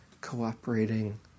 cooperating